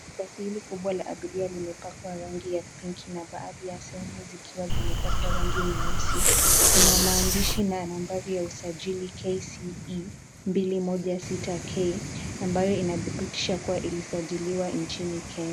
Basi hili la abiria limepakwa rangi ya pinki na baadhi ya sehemu zikiwa zimepakwa rangi nyeusi. Ina maandishi na nambari ya usajili KCE 216K ambayo inadhibitisha kuwa ilisajiliwa nchini Kenya.